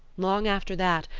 long after that,